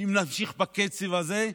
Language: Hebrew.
ואם נמשיך בקצב הזה,